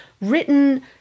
written